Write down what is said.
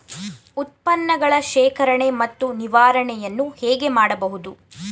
ಉತ್ಪನ್ನಗಳ ಶೇಖರಣೆ ಮತ್ತು ನಿವಾರಣೆಯನ್ನು ಹೇಗೆ ಮಾಡಬಹುದು?